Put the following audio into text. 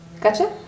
Gotcha